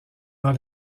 dans